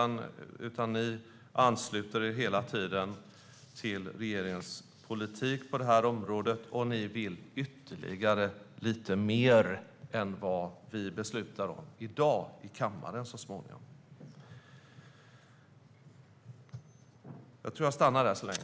Ni ansluter er hela tiden till regeringens politik på det här området, och ni vill få igenom ytterligare lite mer än vad vi beslutar om i kammaren senare i dag.